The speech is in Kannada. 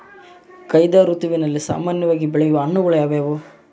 ಝೈಧ್ ಋತುವಿನಲ್ಲಿ ಸಾಮಾನ್ಯವಾಗಿ ಬೆಳೆಯುವ ಹಣ್ಣುಗಳು ಯಾವುವು?